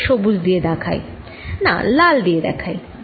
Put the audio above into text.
একে সবুজ দিয়ে দেখাই না লাল দিয়ে দেখাই